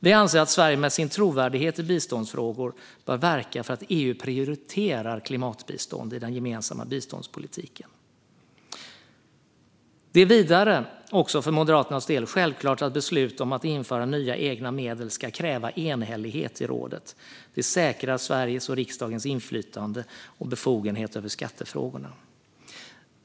Vi anser att Sverige med sin trovärdighet i biståndsfrågor bör verka för att EU prioriterar klimatbistånd i den gemensamma biståndspolitiken. För Moderaternas del är det vidare självklart att beslut om att införa nya egna medel ska kräva enhällighet i rådet. Det säkrar Sveriges och riksdagens inflytande och befogenhet över skattefrågorna.